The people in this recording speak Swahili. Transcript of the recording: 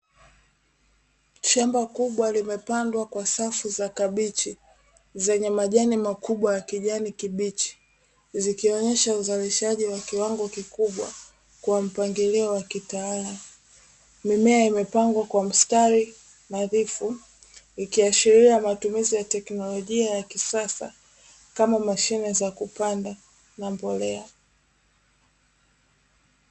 Shamba kubwa limepandwa kwa safu za kabichi zenye majani makubwa ya kijani kibichi, zikionyesha uzalishaji wa kiwango kikubwa kwa mpangilio wa kitaalamu. Mimea imepangwa kwa mstari nadhifu, ikiashiria matumizi ya teknolojia ya kisasa, kama mashine za kupanda na mbolea.